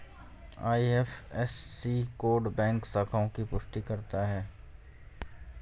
IFSC code bank शाखाओं की पुष्टि करता है